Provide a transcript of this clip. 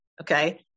Okay